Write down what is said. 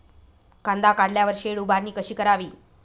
कांदा काढल्यावर शेड उभारणी कशी करावी?